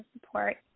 support